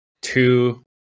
two